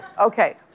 okay